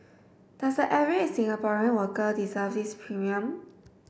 does a average Singaporean worker deserve this premium